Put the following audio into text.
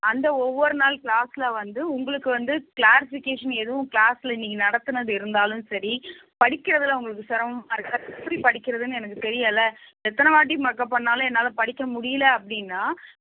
அந்த ஒவ்வொரு நாள் க்ளாஸ்ல வந்து உங்களுக்கு வந்து க்ளாரிஃபிகேஷன் எதுவும் க்ளாஸ்ல இன்னைக்கி நடத்துனது இருந்தாலும் சரி படிக்கிறதில் உங்களுக்கு சிரமமா இருக்குது எப்படி படிக்கிறதுன்னு எனக்கு தெரியலை எத்தனை வாட்டி மக்கப் பண்ணாலும் என்னால் படிக்க முடியல அப்படின்னா